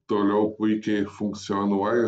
toliau puikiai funkcionuoja